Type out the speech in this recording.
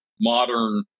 modern